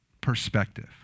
perspective